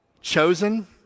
chosen